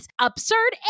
absurd